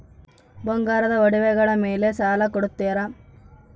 ಬಂಗಾರದ ಒಡವೆಗಳ ಮೇಲೆ ಸಾಲ ಕೊಡುತ್ತೇರಾ?